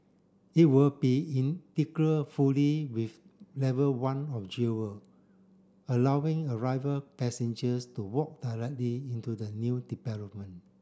it will be fully with level one of Jewel allowing arriver passengers to walk directly into the new development